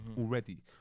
already